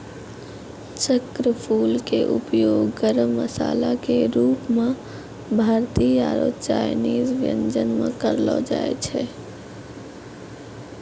चक्रफूल के उपयोग गरम मसाला के रूप मॅ भारतीय आरो चायनीज व्यंजन म करलो जाय छै